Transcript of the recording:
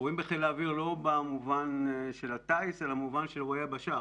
אירועים בחיל האוויר לא במובן של הטיס אלא במובן של אירועי יבשה.